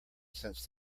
since